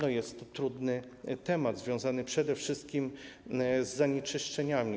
To jest trudny temat związany przede wszystkim z zanieczyszczeniami.